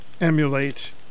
emulate